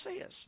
says